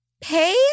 Pay